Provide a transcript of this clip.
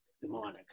demonic